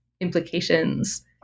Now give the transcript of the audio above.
implications